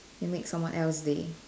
you make someone else day